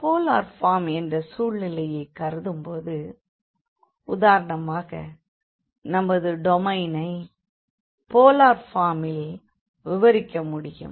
polar form என்ற சூழ்நிலையைக் கருதும்போது உதாரணமாக நமது டொமைனை போலார் ஃபார்ம் ல் விவரிக்க முடியும்